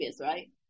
right